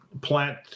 plant